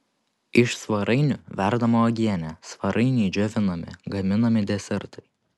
iš svarainių verdama uogienė svarainiai džiovinami gaminami desertai